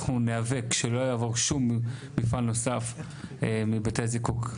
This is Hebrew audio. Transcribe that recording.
אנחנו נאבק שלא יעבור שום מפעל נוסף מבתי הזיקוק,